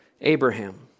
Abraham